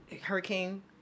hurricane